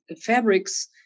fabrics